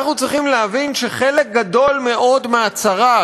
אנחנו צריכים להבין שחלק גדול מאוד מהצרה,